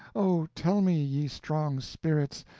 oh, tell me, ye strong spirits,